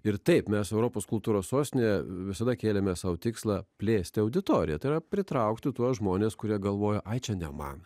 ir taip mes europos kultūros sostinė visada kėlėme sau tikslą plėsti auditoriją tai yra pritraukti tuos žmones kurie galvojo ai čia ne man